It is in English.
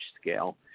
scale